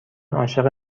عاشق